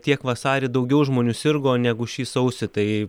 tiek vasarį daugiau žmonių sirgo negu šį sausį tai